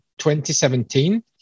2017